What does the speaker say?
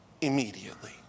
Immediately